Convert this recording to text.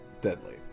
deadly